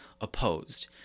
opposed